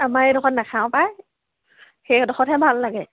আমাৰ এইডোখৰত নাখাওঁ পায় সেইডোখৰতহে ভাল লাগে